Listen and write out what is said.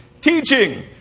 Teaching